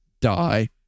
die